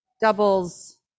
doubles